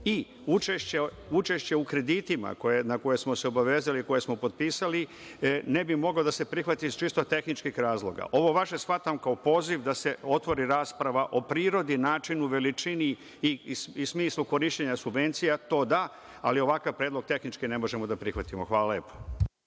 i učešće u kreditima, na koje smo se obavezali koje smo potpisali, ne bi moglo da se prihvati iz čisto tehničkih razloga. Ovo vaše shvatam kao poziv da se otvori rasprava o prirodi, načinu, veličini i smislu korišćenja subvencija. To da, ali ovakva predlog, tehnički ne možemo da prihvatimo. Hvala lepo.